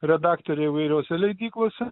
redaktore įvairiose leidyklose